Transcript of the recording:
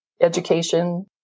education